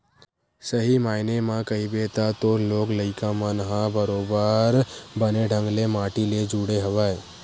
सही मायने म कहिबे त तोर लोग लइका मन ह बरोबर बने ढंग ले माटी ले जुड़े हवय